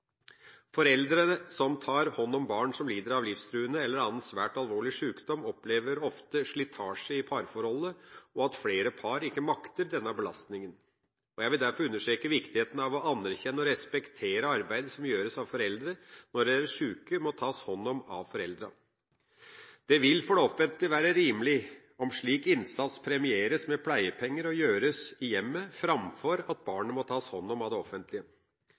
Foreldre som tar hånd om barn som lider av livstruende eller annen svært alvorlig sjukdom, opplever ofte slitasje i parforholdet, og flere par makter ikke denne belastningen. Jeg vil derfor understreke viktigheten av å anerkjenne og respektere arbeidet som gjøres når foreldre må ta hånd om sine sjuke barn. Det vil for det offentlige være rimelig om slik innsats premieres med pleiepenger og gjøres i hjemmet, framfor at barnet må tas hånd om av det offentlige.